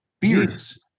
Beards